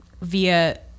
via